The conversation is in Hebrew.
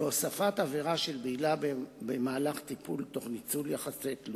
והוספת עבירה של בעילה במהלך טיפול תוך ניצול יחסי תלות.